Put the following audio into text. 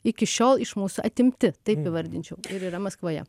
iki šiol iš mūsų atimti taip įvardinčiau ir yra maskvoje